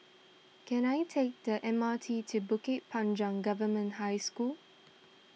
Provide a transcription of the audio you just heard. can I take the M R T to Bukit Panjang Government High School